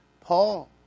Paul